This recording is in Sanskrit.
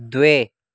द्वे